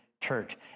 Church